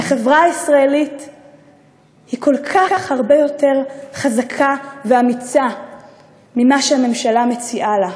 החברה הישראלית היא כל כך הרבה יותר חזקה ואמיצה ממה שהממשלה מציעה לה,